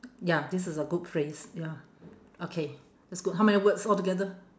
ya this is a good phrase ya okay that's good how many words altogether